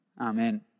Amen